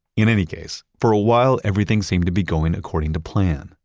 in any case, for a while, everything seemed to be going according to plan.